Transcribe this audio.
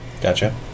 Gotcha